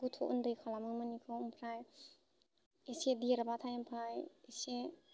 गथ' उन्दै खालामोमोन बेखौ ओमफ्राय इसे देरबाथाइ ओमफ्राय इसे